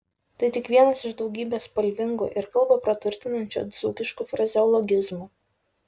tai tik vienas iš daugybės spalvingų ir kalbą praturtinančių dzūkiškų frazeologizmų